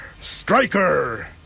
Striker